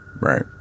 Right